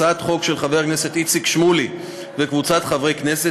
של חבר הכנסת איציק שמולי וקבוצת חברי הכנסת,